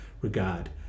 regard